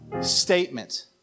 statement